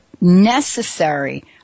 necessary